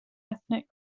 ethnic